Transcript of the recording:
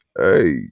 hey